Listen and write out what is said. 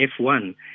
F1